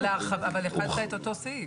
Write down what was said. אבל החלת את אותו סעיף.